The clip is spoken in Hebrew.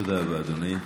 תודה רבה, אדוני.